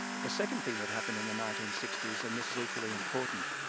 the second thing that happened in the nineteen sixty s, and this is equally important,